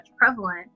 prevalent